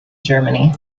germany